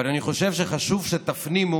אבל אני חושב שחשוב שתפנימו